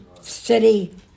city